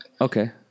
Okay